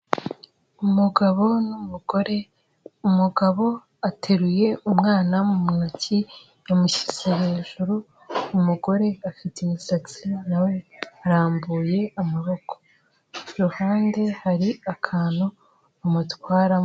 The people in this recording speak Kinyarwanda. Umugabo n'umugore, umugabo ateruye umwana mu ntoki yamushyize hejuru, umugore afite imisatsi nawe arambuye amaboko, iruhande hari akantu amutwaramo.